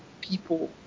people